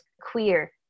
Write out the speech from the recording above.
queer